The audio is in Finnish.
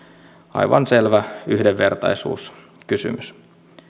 aivan selvä yhdenvertaisuuskysymys